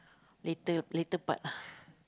later later part